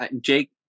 Jake